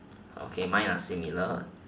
okay mine are similar